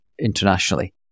internationally